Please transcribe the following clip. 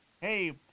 hey